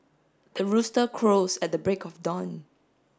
the rooster crows at the break of dawn